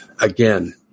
Again